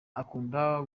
akunda